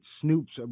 Snoop's